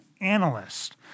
analyst